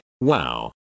wow